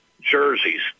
jerseys